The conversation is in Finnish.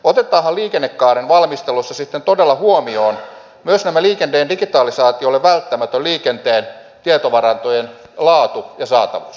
otetaanhan liikennekaaren valmistelussa sitten todella huomioon myös tämä liikenteen digitalisaatiolle välttämätön liikenteen tietovarantojen laatu ja saatavuus